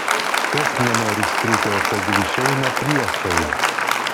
kas nenori striukio tegul išeina priešai